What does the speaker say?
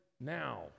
now